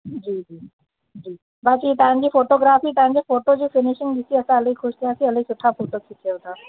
जी जी जी बाक़ी तव्हांजी फ़ोटोग्राफी तव्हांजी फ़ोटो जी फिनिशिंग ॾिसी असां हाली ख़ुशि थिआसीं इलाही सुठा फ़ोटा खिचयोव तव्हां